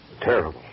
Terrible